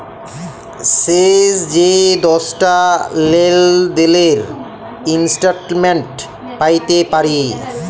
শেষ যে দশটা লেলদেলের ইস্ট্যাটমেল্ট প্যাইতে পারি